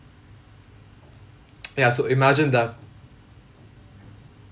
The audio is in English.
ya so imagine that